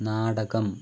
നാടകം